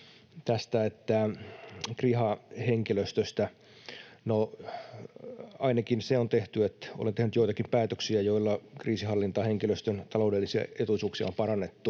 kysyi kriha-henkilöstöstä. No, ainakin se on tehty, että olen tehnyt joitakin päätöksiä, joilla kriisinhallintahenkilöstön taloudellisia etuisuuksia on parannettu